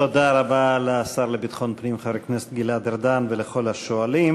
תודה רבה לשר לביטחון פנים חבר הכנסת גלעד ארדן ולכל השואלים.